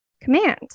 command